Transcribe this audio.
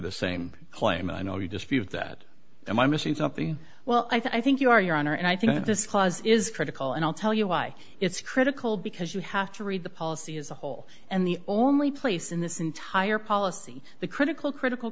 the same claim and i know you dispute that am i missing something well i think you are your honor and i think that this clause is critical and i'll tell you why it's critical because you have to read the policy as a whole and the only place in this entire policy the critical critical